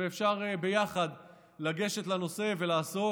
ואפשר ביחד לגשת לנושא ולעסוק.